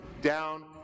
down